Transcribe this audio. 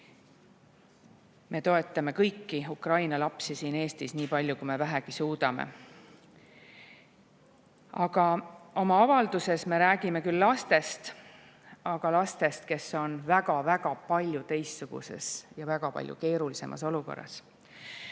Me toetame kõiki Ukraina lapsi siin Eestis nii palju, kui me vähegi suudame. Oma avalduses me räägime küll lastest, aga eelkõige sellistest lastest, kes on täiesti teistsuguses ja väga palju keerulisemas olukorras.